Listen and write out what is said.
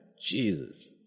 Jesus